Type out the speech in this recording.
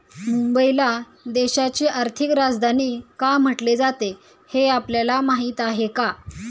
मुंबईला देशाची आर्थिक राजधानी का म्हटले जाते, हे आपल्याला माहीत आहे का?